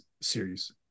series